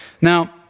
Now